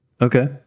okay